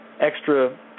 extra